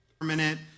Permanent